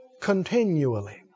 continually